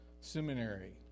Seminary